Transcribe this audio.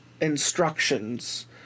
instructions